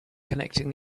connecting